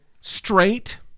Straight